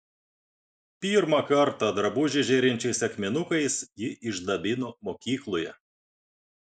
pirmą kartą drabužį žėrinčiais akmenukais ji išdabino mokykloje